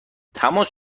تماس